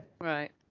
Right